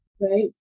right